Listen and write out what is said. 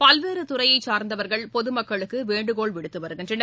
பல்வேறுதுறையை சார்ந்தவர்கள் பொதுமக்களுக்கு வேண்டுகோள் விடுத்து வருகின்றனர்